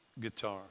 guitar